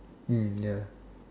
mm ya